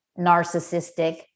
narcissistic